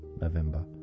November